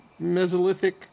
Mesolithic